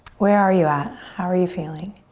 where are you at? how are you feeling?